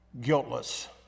guiltless